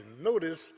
Notice